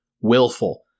willful